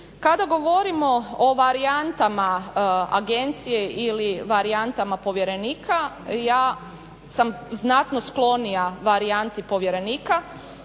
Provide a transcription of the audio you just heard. Kada govorimo o varijantama Agencije ili varijantama povjerenika ja sam znatno sklonija varijanti povjerenika